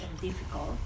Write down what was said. difficult